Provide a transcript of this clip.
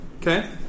Okay